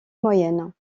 moyenne